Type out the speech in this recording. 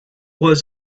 was